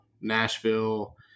Nashville